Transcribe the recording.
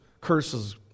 curses